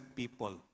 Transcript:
people